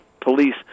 police